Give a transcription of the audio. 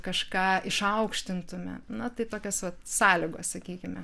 kažką išaukštintume na tai tokios vat sąlygos sakykime